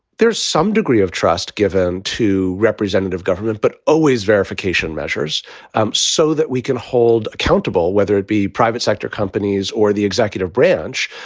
there's some degree of trust given to representative government, but always verification measures so that we can hold accountable whether it be private sector companies or the executive branch,